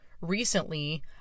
recently